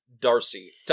Darcy